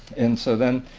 and so then,